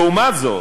לעומת זאת,